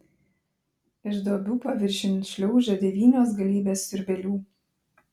iš duobių paviršiun šliaužia devynios galybės siurbėlių